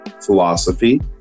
philosophy